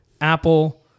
Apple